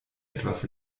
etwas